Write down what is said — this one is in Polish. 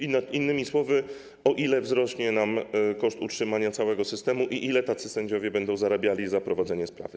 Innymi słowy, o ile wzrośnie nam koszt utrzymania całego systemu i ile tacy sędziowie będą zarabiali za prowadzenie sprawy?